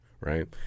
right